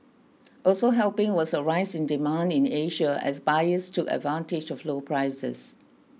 also helping was a rise in demand in Asia as buyers took advantage of low prices